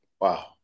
Wow